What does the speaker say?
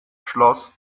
schloss